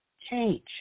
change